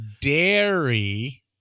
Dairy